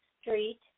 street